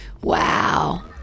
wow